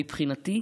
מבחינתי,